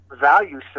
value